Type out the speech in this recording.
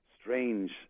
strange